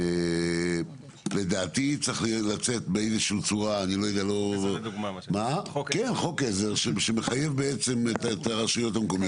צריך לעשות חוק עזר שמחייב את הרשויות המקומיות.